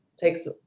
takes